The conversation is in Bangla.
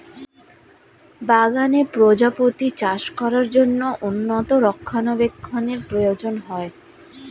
বাগানে প্রজাপতি চাষ করার জন্য উন্নত রক্ষণাবেক্ষণের প্রয়োজন হয়